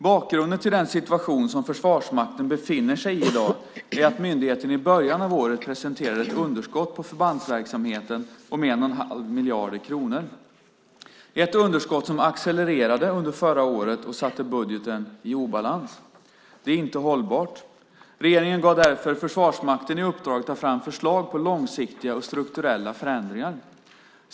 Bakgrunden till den situation som Försvarsmakten i dag befinner sig i är att myndigheten i början av året presenterade ett underskott på förbandsverksamheten om 1 1⁄2 miljard kronor. Det är ett underskott som accelererade under förra året och satte budgeten i obalans. Det är inte hållbart. Regeringen gav därför Försvarsmakten i uppdrag att ta fram förslag på långsiktiga och strukturella förändringar.